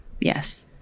Yes